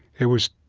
it was,